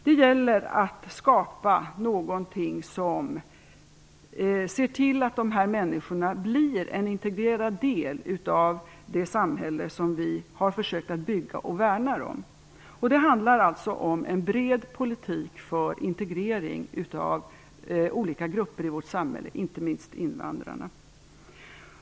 Det gäller att skapa någonting som leder till att de här människorna blir en integrerad del av det samhälle som vi har försökt att bygga upp och värnar om. Det handlar om en bred politik för integrering av olika grupper i vårt samhälle, inte minst invandrarna.